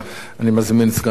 אני מזמין את סגן שר החוץ,